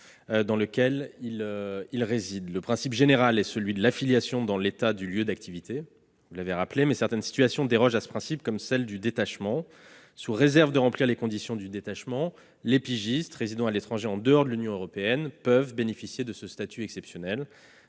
dans lequel ils résident. Le principe général est celui de l'affiliation dans l'État du lieu d'activité, mais certaines situations dérogent à ce principe, comme celle du détachement. Sous réserve d'en remplir les conditions, les pigistes résidant à l'étranger hors de l'Union européenne peuvent bénéficier de ce statut exceptionnel,